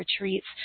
retreats